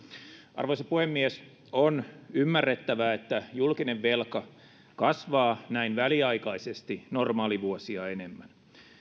arvoisa puhemies on ymmärrettävää että julkinen velka kasvaa näin väliaikaisesti normaalivuosia enemmän